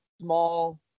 small